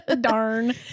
Darn